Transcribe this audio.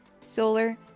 solar